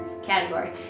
category